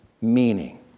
meaning